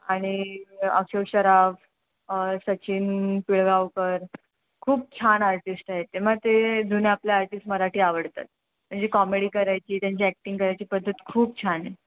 आणि अशोक सराफ सचिन पिळगावकर खूप छान आर्टिस्ट आहेत ते मग ते जुने आपले आर्टिस्ट मराठी आवडतात म्हणजे कॉमेडी करायची त्यांची ॲक्टिंग करायची पद्धत खूप छान आहे